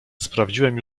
sprawdziłem